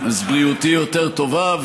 אז בריאותי יותר טובה.